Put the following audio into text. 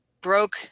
broke